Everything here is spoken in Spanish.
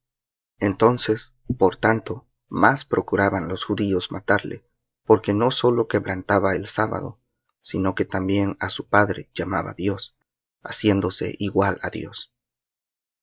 entonces por tanto más procuraban los judíos matarle porque no sólo quebrantaba el sábado sino que también á su padre llamaba dios haciéndose igual á dios